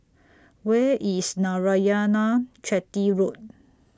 Where IS Narayanan Chetty Road